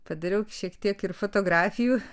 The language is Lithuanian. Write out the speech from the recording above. padariau šiek tiek ir fotografijų